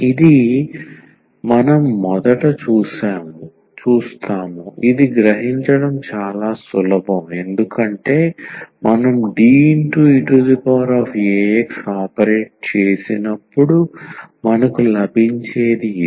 ఇది మనం మొదట చూస్తాము ఇది గ్రహించడం చాలా సులభం ఎందుకంటే మనం Deax ఆపరేట్ చేసినప్పుడు మనకు లభించేది ఇది